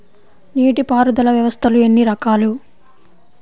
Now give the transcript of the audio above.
నీటిపారుదల వ్యవస్థలు ఎన్ని రకాలు?